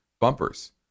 bumpers